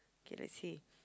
k I see